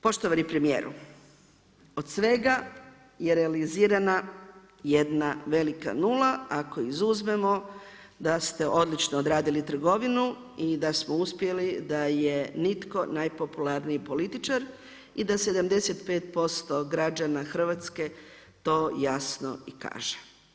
Poštovani premjeru, od svega, je realizirana jedna velika 0, ako izuzmemo da ste odlično odradili trgovinu i da smo uspjeli da je nitko najpopularniji političar i da 75% građana Hrvatske to jasno i kaže.